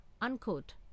unquote